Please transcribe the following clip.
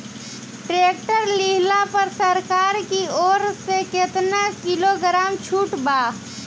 Tractor लिहला पर सरकार की ओर से केतना किलोग्राम छूट बा?